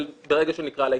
אבל ברגע שנקרא לה,